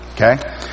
okay